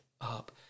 up